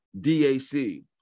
DAC